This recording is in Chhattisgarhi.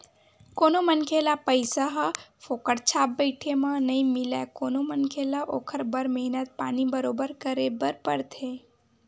कोनो मनखे ल पइसा ह फोकट छाप बइठे म नइ मिलय कोनो मनखे ल ओखर बर मेहनत पानी बरोबर करे बर परथे